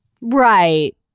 Right